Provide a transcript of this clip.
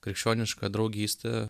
krikščioniška draugystė